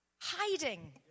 Hiding